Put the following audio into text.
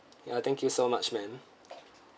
ya thank you so much ma'am